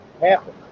happen